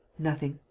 nothing.